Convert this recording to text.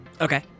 Okay